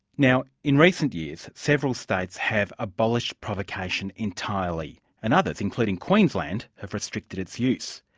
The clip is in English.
now in recent years, several states have abolished provocation entirely and others including queensland have restricted its use.